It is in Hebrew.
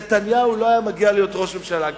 נתניהו לא היה מגיע להיות ראש ממשלה.